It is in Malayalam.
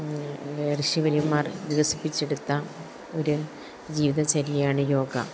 ഋഷിവര്യന്മാർ വികസിപ്പിച്ചെടുത്ത ഒരു ജീവിതചര്യയാണ് യോഗ